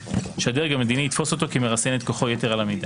שהדרג המדיני יתפוס אותו כמרסן את כוחו יתר על המידה.